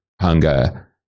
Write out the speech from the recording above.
hunger